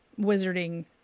wizarding